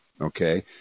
Okay